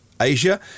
Asia